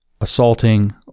assaulting